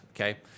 Okay